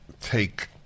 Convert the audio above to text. take